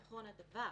נכון הדבר,